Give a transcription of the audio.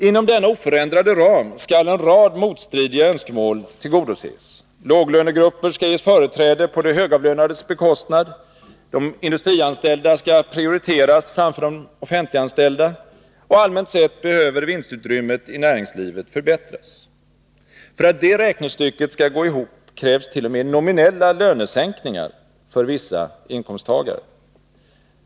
Inom denna oförändrade ram skall en rad motstridiga önskemål tillgodoses: låglönegrupper skall ges företräde på de högavlönades bekostnad, de industrianställda skall prioriteras framför de offentliganställda, och allmänt sett behöver vinstutrymmet i näringslivet förbättras. För att detta räknestycke skall gå ihop krävs t.o.m. nominella lönesänkningar för vissa inkomsttagare.